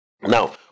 Now